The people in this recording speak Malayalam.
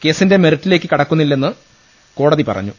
കേസിന്റെ മെറിറ്റിലേക്ക് കടക്കുന്നില്ലെന്ന് കോടതി പറഞ്ഞു